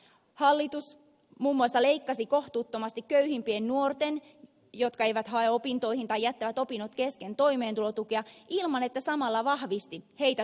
hallitus muun muassa leikkasi kohtuuttomasti köyhimpien nuorten jotka eivät hae opintoihin tai jättävät opinnot kesken toimeentulotukea ilman että samalla olisi vahvistanut heitä tukevia palveluja